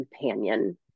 companion